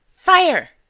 fire.